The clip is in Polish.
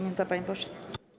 Minuta, panie pośle.